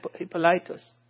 Hippolytus